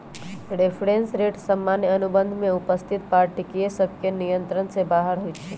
reference rate सामान्य अनुबंध में उपस्थित पार्टिय सभके नियंत्रण से बाहर होइ छइ